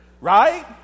right